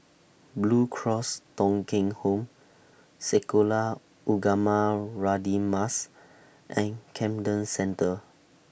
Blue Cross Thong Kheng Home Sekolah Ugama Radin Mas and Camden Centre